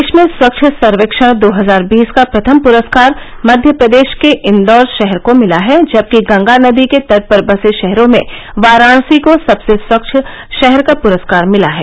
देश में स्वच्छ सर्वेक्षण दो हजार बीस का प्रथम पुरस्कार मध्य प्रदेश के इंदौर शहर को मिला है जबकि गंगा नदी के तट पर बसे शहरों में वाराणसी को सबसे स्वच्छ शहर का पुरस्कार मिला है